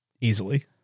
Easily